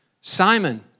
Simon